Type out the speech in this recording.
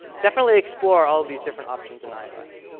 definitely explore all of these different options in ios.